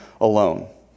alone